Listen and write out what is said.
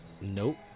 Nope